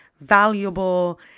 valuable